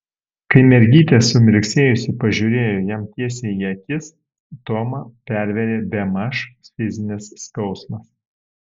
kai mergytė sumirksėjusi pažiūrėjo jam tiesiai į akis tomą pervėrė bemaž fizinis skausmas